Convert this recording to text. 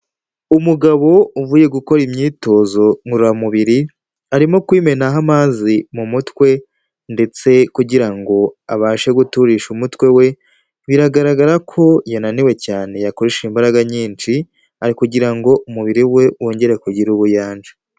Umugabo uvuye gukora imyitozo ngororamubiri, arimo kwimenaho amazi mu mutwe ndetse kugira ngo abashe guturisha umutwe we, biragaragara ko yananiwe cyane yakoresheje imbaraga nyinshi, ari kugira ngo umubiri we wongere kugira ubuyanja.